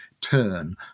turn